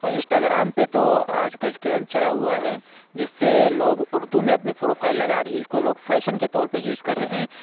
اور انسٹاگرام پہ تو آج کل ٹرینڈ چلا ہُوا ہے جس سے لوگ اُردو میں اپنی پروفائل لگا رہی اِس کو لوگ فیشن کے طور پر یوز کر رہے ہیں